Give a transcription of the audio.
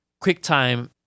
QuickTime